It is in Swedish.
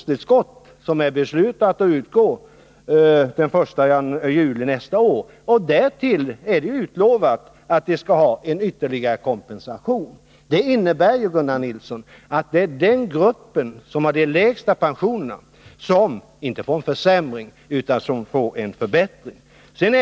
Torsdagen den Dessa grupper får först och främst det pensionstillskott som enligt vad som 20 november 1980 beslutats skall utgå fr.o.m. den 1 juli nästa år. Därtill är de utlovade en ytterligare kompensation.